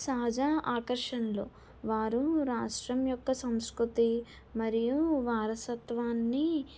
సహజ ఆకర్షణలు వారు రాష్ట్రం యొక్క సంస్కృతి మరియు వారసత్వాన్ని